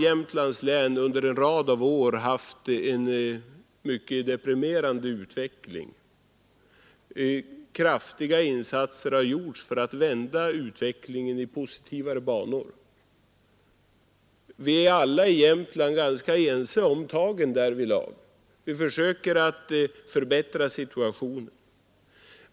Jämtlands län har under en rad år haft en mycket deprimerande utveckling, och kraftiga insatser har gjorts för att vända utvecklingen i positivare banor. Vi är alla i Jämtland ganska ense om vilka tag som skall tas därvidlag, och vi försöker förbättra situationen.